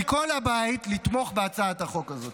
מכל הבית, לתמוך בהצעת החוק הזאת.